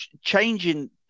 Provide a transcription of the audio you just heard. changing